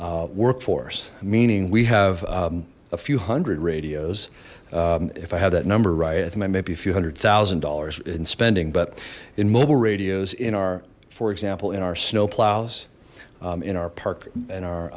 workforce meaning we have a few hundred radios if i have that number right at maybe a few hundred thousand dollars in spending but in mobile radios in our for example in our snowplows in our park and our